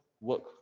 work